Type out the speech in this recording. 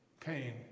pain